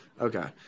Okay